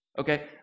Okay